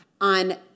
on